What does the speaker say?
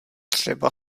třeba